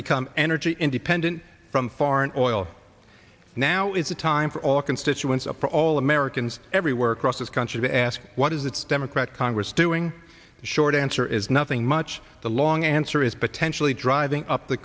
become energy independent from foreign oil now is the time for all constituents a parole americans everywhere across this country to ask what is its democrat congress doing the short answer is nothing much the long answer is potentially driving up the